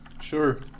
Sure